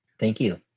thank you